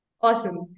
awesome